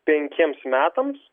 penkiems metams